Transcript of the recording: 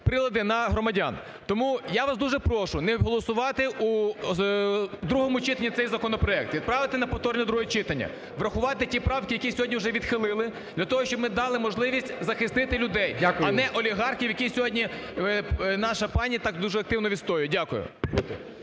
прилади на громадян. Тому я вас дуже прошу не голосувати у другому читанні цей законопроект, відправити на повторне друге читання, врахувати ті правки, які сьогодні вже відхилили, для того, щоб ми дали можливість захистити людей, а не олігархів, які сьогодні наша пані так дуже активно відстоює. Дякую.